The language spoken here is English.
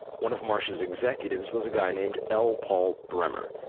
one of marsh's executives was a guy named l. paul bremer,